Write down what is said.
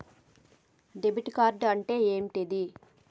Debit card అంటే ఏంటిది?